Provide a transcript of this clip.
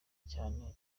cyane